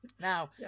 Now